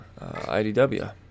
IDW